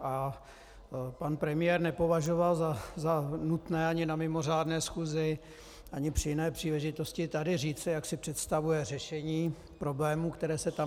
A pan premiér nepovažoval za nutné ani na mimořádné schůzi ani při jiné příležitosti tady říci, jak si představuje řešení problémů, které se tam navršily.